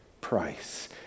price